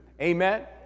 Amen